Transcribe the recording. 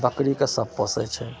बकरी तऽ सब पोसैत छै